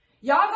y'all